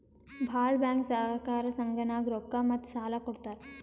ಭಾಳ್ ಬ್ಯಾಂಕ್ ಸಹಕಾರ ಸಂಘನಾಗ್ ರೊಕ್ಕಾ ಮತ್ತ ಸಾಲಾ ಕೊಡ್ತಾರ್